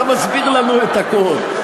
אתה מסביר לנו את הכול,